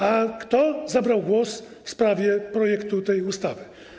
A kto zabrał głos w sprawie projektu tej ustawy?